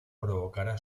provocará